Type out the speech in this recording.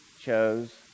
chose